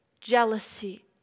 jealousy